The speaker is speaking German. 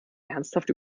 ernsthaft